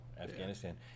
Afghanistan